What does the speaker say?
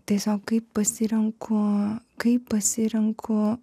tiesiog kaip pasirenku kaip pasirenku